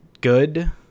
good